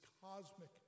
cosmic